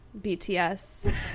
BTS